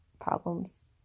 problems